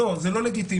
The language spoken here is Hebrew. לא, זה לא לגיטימי.